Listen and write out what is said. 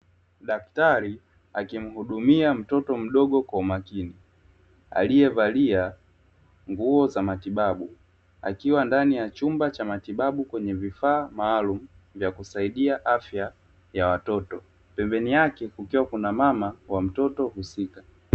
Daktari akimhudumia mtoto mdogo kwa umakini aliyevalia nguo za matibabu, akiwa ndani ya chumba cha matibabu kwenye vifaa maalumu vya kusaidia afya ya watoto, pembeni yake kukiwa kuna mama wa mtoto husika.